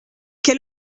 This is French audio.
quel